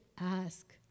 ask